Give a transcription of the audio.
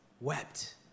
wept